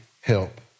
help